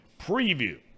preview